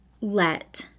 let